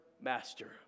master